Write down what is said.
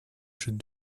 should